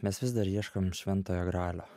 mes vis dar ieškom šventojo gralio